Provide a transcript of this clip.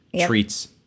treats